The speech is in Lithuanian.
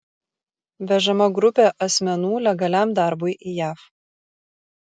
vežama grupė asmenų legaliam darbui į jav